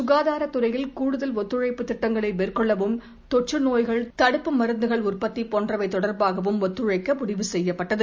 க்காதார துறையில் கூடுதல் ஒத்துழழப்பு திட்டங்களை மேற்கொள்ளவும் தொற்று நோய்கள் தடுப்பு மருந்துகள் உற்பத்தி போன்றவை தொடர்பாகவும் ஒத்துழைக்க முடிவு செய்யப்பட்டது